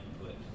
input